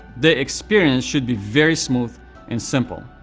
the experience should be very smooth and simple.